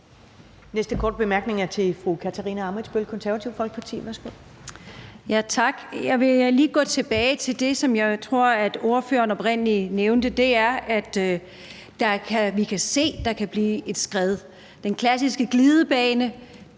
næste korte bemærkning er til fru Katarina Ammitzbøll, Det Konservative Folkeparti.